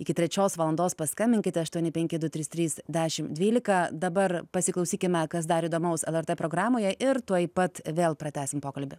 iki trečios valandos paskambinkite aštuoni penki du trys trys dešimt dvylika dabar pasiklausykime kas dar įdomaus lrt programoje ir tuoj pat vėl pratęsim pokalbį